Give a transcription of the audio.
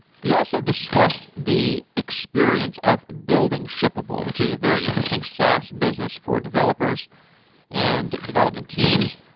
he also discussed the experience of building shippable, which is a very interesting sas business for developers and development teams.